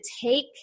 take